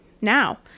now